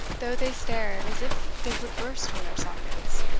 though they stared as if they would burst from their sockets.